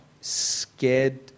scared